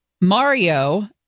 Mario